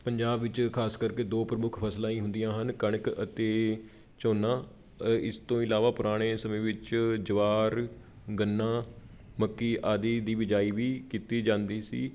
ਪੰਜਾਬ ਵਿੱਚ ਖਾਸ ਕਰਕੇ ਦੋ ਪ੍ਰਮੁੱਖ ਫਸਲਾਂ ਹੀ ਹੁੰਦੀਆਂ ਹਨ ਕਣਕ ਅਤੇ ਝੋਨਾ ਇਸ ਤੋਂ ਇਲਾਵਾ ਪੁਰਾਣੇ ਸਮੇਂ ਵਿੱਚ ਜਵਾਰ ਗੰਨਾ ਮੱਕੀ ਆਦਿ ਦੀ ਬਿਜਾਈ ਵੀ ਕੀਤੀ ਜਾਂਦੀ ਸੀ